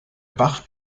bach